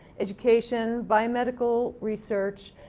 education, biomedical research,